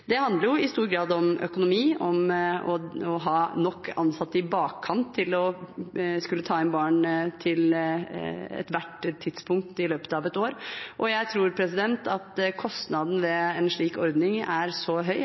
Det handler i stor grad om økonomi, om å ha nok ansatte i bakkant til å skulle ta inn barn til ethvert tidspunkt i løpet av et år. Jeg tror at kostnaden ved en slik ordning er så høy